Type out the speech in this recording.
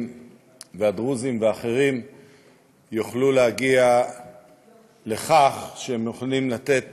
והדרוזיים ואחרים יוכלו להגיע לכך שהם יכולים לתת